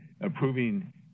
approving